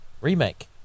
remake